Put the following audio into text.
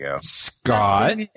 Scott